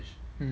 mm